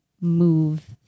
move